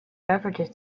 beverages